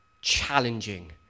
challenging